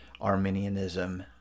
Arminianism